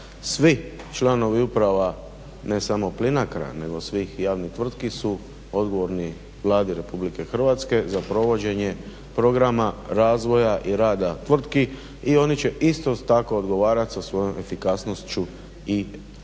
Svi članovi uprava ne samo Plinacra nego svih javnih tvrtki su odgovorni Vladi RH za provođenje programa, razvoja i rada tvrtki i oni će isto tako odgovarati sa svojom efikasnošću i učinkovitošću